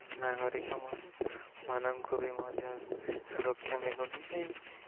ନାଗରିକମାନଙ୍କୁ ବି ମଧ୍ୟ ସୁରକ୍ଷା ମିଲୁନି କି